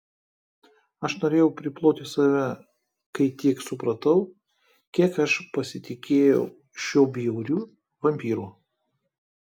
aš norėjau priploti save kai tik supratau kiek aš pasitikėjau šiuo bjauriu vampyru